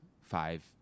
five